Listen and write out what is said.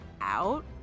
out